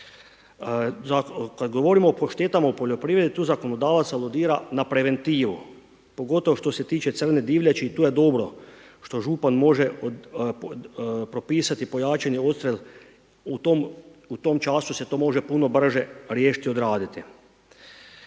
Kad govorimo o štetama u poljoprivredi, tu zakonodavac aludira na preventivu, pogotovo što se tiče crne divljači, i to je dobro što župan može propisati pojačani odstrel u tom času se to može puno brže riješiti i odraditi.